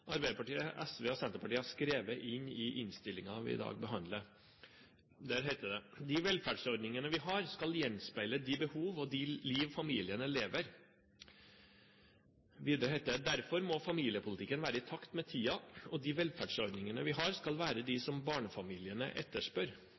Arbeiderpartiet, SV og Senterpartiet har skrevet inn i innstillingen som vi i dag behandler. Der heter det: «De velferdsordningene vi har, skal gjenspeile de behov og de liv familiene lever.» Videre heter det: «Derfor må familiepolitikken være i takt med tida, og de velferdsordningene vi har, skal være de